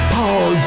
Paul